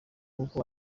uko